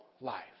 life